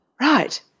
right